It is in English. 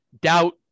Doubt